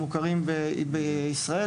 והמוכרים בישראל,